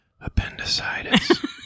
appendicitis